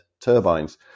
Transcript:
turbines